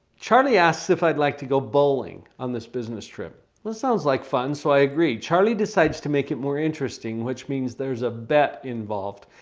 charlie asks if i'd like to go bowling on this business trip. that sounds like fun so i agree. charlie decides to make it more interesting which means there's a bet involved.